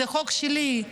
זה חוק שלי,